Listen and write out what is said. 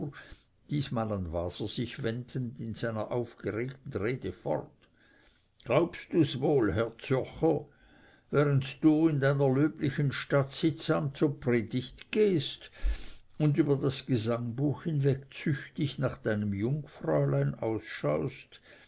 diesmal an waser sich wendend in seiner aufgeregten rede fort glaubst du's wohl herr zürcher während du in deiner löblichen stadt sittsam zur predigt gehst und über das gesangbuch hinweg züchtig nach deinem jungfräulein ausschaust